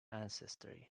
ancestry